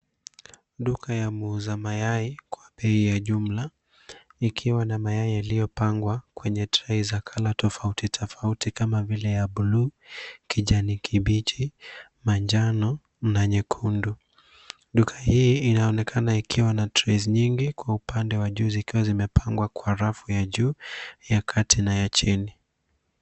Duka la muuza mayai kwa bei ya jumla, likiwa na mayai yaliyopangwa kwenye tray za rangi tofauti tofauti kama vile buluu, kijani kibichi, manjano, na nyekundu. Duka hili linaonekana kuwa na tray nyingi upande wa juu, ambazo zimepangwa kwenye rafu kutoka juu hadi sehemu ya chini.